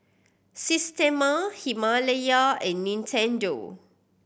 Systema Himalaya and Nintendo